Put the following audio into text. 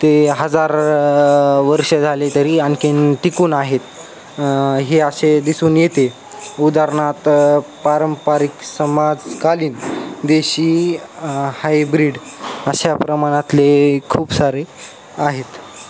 ते हजार वर्ष झाले तरी आणखी टिकून आहेत हे असे दिसून येते उदाहरणात पारंपरिक समाजकालीन देशी हायब्रीड अशा प्रमाणातले खूप सारे आहेत